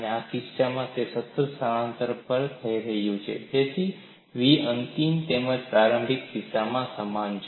આ કિસ્સામાં તે સતત સ્થાનાંતરણમાં થઈ રહ્યું છે તેથી v અંતિમ તેમજ પ્રારંભિક કિસ્સોોમાં સમાન રહે છે